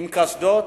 עם קסדות,